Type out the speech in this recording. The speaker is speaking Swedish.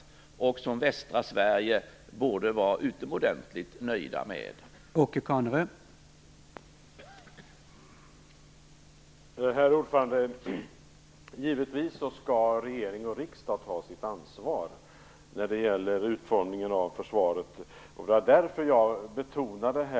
Befolkningen i västra Sverige borde vara utomordentligt nöjd med det.